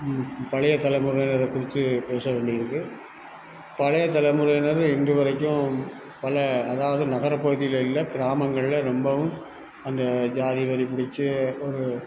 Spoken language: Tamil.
பழைய தலைமுறையினரை பிடிச்சி பேச வேண்டியதிருக்குது பழைய தலைமுறையினரை இன்று வரைக்கும் பல அதாவது நகர பகுதிகள்ல இல்லை கிராமங்கள்ல ரொம்பவும் அந்த ஜாதி வெறி பிடிச்சி ஒரு